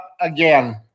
again